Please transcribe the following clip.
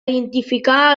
identificar